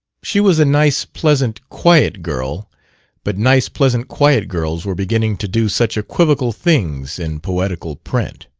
she was a nice pleasant quiet girl but nice pleasant quiet girls were beginning to do such equivocal things in poetical print!